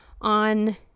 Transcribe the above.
on